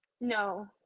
No